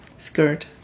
Skirt